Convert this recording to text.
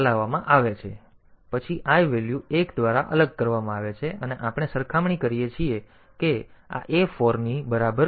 પછી I value 1 દ્વારા લાગુ કરવામાં આવે છે અને આપણે સરખામણી કરીએ છીએ કે આ a 4 ની બરાબર થઈ ગઈ છે કે નહીં